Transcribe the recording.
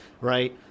right